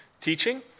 teaching